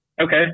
Okay